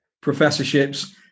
professorships